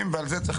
אני רוצה